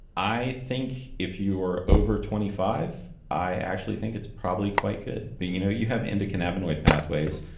i think if you are over twenty five, i actually think it's probably quite good. but you know you have endocannabinoid pathways,